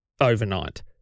overnight